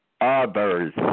others